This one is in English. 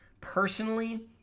Personally